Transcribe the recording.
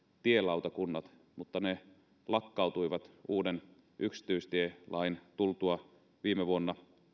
tielautakunnat mutta ne lakkautuivat uuden yksityistielain tultua voimaan viime vuonna